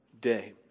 day